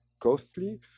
costly